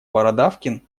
бородавкин